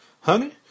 Honey